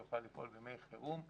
כדי שהוא יוכל לפעול בימי חירום.